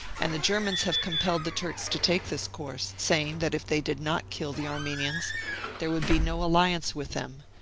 and the germans have compelled the turks to take this course, saying that if they did not kill the armenians there would be no alliance with them,